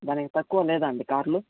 దానికి తక్కువ లేదా అండి కార్లు